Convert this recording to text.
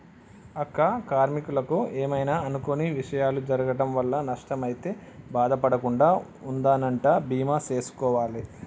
అక్క కార్మీకులకు ఏమైనా అనుకొని విషయాలు జరగటం వల్ల నష్టం అయితే బాధ పడకుండా ఉందనంటా బీమా సేసుకోవాలి